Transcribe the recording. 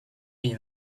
those